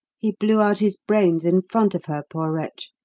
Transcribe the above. he blew out his brains in front of her, poor wretch.